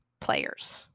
players